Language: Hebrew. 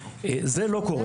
זה לא קורה.